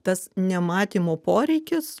tas nematymo poreikis